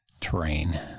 terrain